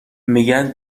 میگن